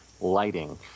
lighting